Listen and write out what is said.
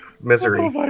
misery